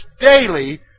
daily